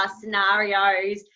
scenarios